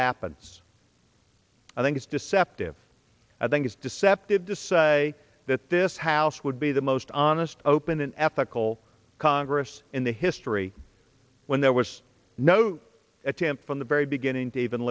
happens i think it's deceptive i think it's deceptive to say that this house would be the most honest open an ethical congress in the history when there was no attempt from the very beginning to even